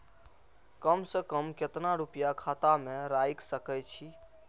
कम से कम केतना रूपया खाता में राइख सके छी?